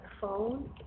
phone